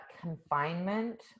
confinement